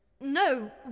No